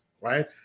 right